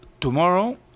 Tomorrow